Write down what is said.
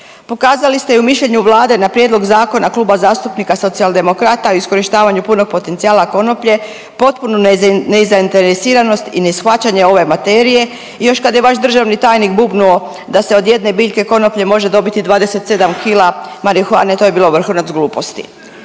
Pokazali ste i u mišljenju Vlade na prijedlog zakona Kluba zastupnika Socijaldemokrata o iskorištavanju punog potencijala konoplje, potpunu nezainteresiranost i neshvaćanje ove materije, još kad je vaš državni tajnik bubnuo da se od jedne biljke konoplje može dobiti 27 kila marihuane, to je bio vrhunac gluposti.